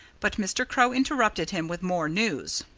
but mr. crow interrupted him with more news.